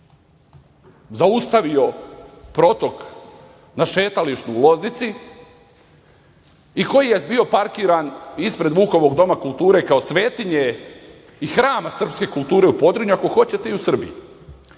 zaustavio protok na šetalištu u Loznici i koji je bio parkiran ispred Vukovog Doma kulture kao svetinje i hrama srpske kulture u Podrinju, ako hoćete i u Srbiji.